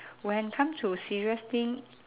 when come to serious thing